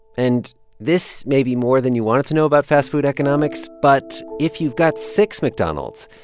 and this maybe more than you wanted to know about fast food economics, but if you've got six mcdonald's,